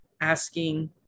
asking